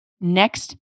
next